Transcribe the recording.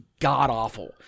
god-awful